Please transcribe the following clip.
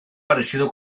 parecido